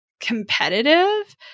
competitive